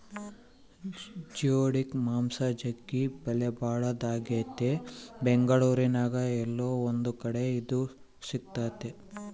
geoduck ಮಾಂಸ ಜಗ್ಗಿ ಬೆಲೆಬಾಳದಾಗೆತೆ ಬೆಂಗಳೂರಿನ್ಯಾಗ ಏಲ್ಲೊ ಒಂದು ಕಡೆ ಇದು ಸಿಕ್ತತೆ